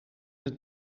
het